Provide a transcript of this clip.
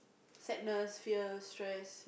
sadness fear stress